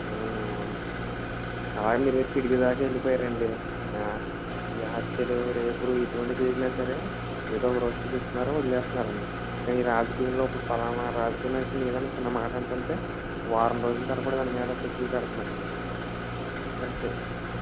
అవునండి అవును అలాగ మీరు దాకా వెళిపోయారండి ఈ హత్యలు రేపులు ఇటువంటివి చేసినా సరే ఏదో ఓరోజు చూపిస్తున్నారు వదిలేస్తానరండి కాని రాజకీయంలో ఇప్పుడు పలానా రాజకీయ నాయకులు ఏదన్నా చిన్న మాట అంటంటే వారం రోజులు తరబడి కూడా దానిమీద చర్చలు పెడతన్నారండి ఆళ్ళు